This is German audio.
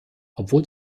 obwohl